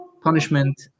punishment